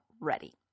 ready